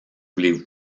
voulez